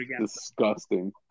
Disgusting